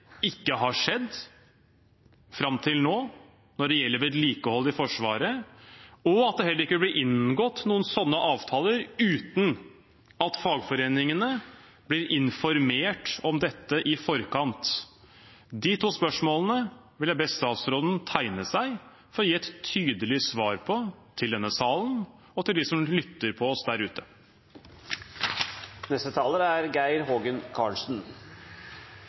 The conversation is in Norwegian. ikke har skjedd fram til nå når det gjelder vedlikehold i Forsvaret, og at det heller ikke vil bli inngått noen sånne avtaler uten at fagforeningene blir informert om dette i forkant. De to spørsmålene vil jeg be statsråden tegne seg på talerlisten for å gi et tydelig svar på til denne salen og til dem som lytter på oss der ute.